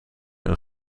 een